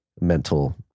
mental